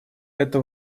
это